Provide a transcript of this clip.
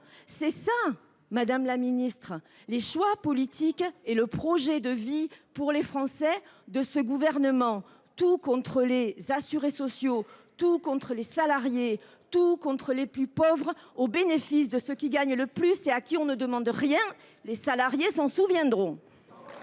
C’est cela, madame la ministre, les choix politiques et le projet de vie pour les Français de ce gouvernement : tout contre les assurés sociaux, tout contre les salariés et tout contre les plus pauvres, au bénéfice de ceux qui gagnent le plus et à qui l’on ne demande rien ! Les salariés s’en souviendront